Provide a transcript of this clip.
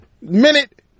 Minute